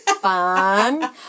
fun